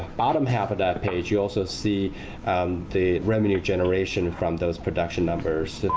bottom half of that page, you also see the revenue generation from those production numbers.